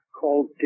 called